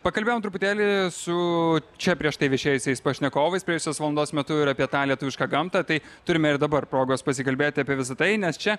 pakalbėjom truputėlį su čia prieš tai viešėjusiais pašnekovais praėjusios valandos metu ir apie tą lietuvišką gamtą tai turime ir dabar progos pasikalbėti apie visa tai nes čia